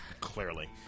Clearly